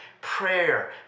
prayer